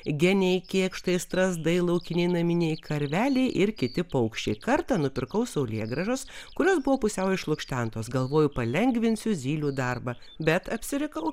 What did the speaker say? geniai kėkštai strazdai laukiniai naminiai karveliai ir kiti paukščiai kartą nupirkau saulėgrąžas kurios buvo pusiau išlukštentos galvoju palengvinsiu zylių darbą bet apsirikau